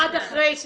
עד אחרי.